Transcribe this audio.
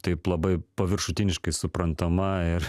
taip labai paviršutiniškai suprantama ir